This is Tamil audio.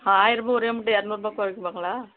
ஆயிரம் ரூபாய் ஒரே முட்ட இருநூறுபா குறைச்சுப்பாங்களா